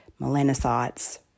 melanocytes